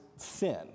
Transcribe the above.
sin